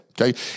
okay